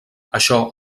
això